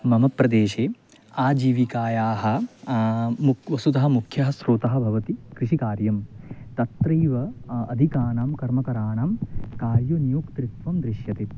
मम प्रदेशे आजीविकायाः मुक् वस्तुतः मुख्यं स्रोतः भवति कृषिकार्यं तत्रैव अधिकानां कर्मकराणां कार्यनियोक्तृत्वं दृश्यते